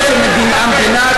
הממשלה?